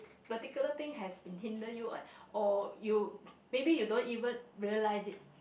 particular thing has been hinder you or you maybe you don't even realise it